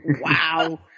Wow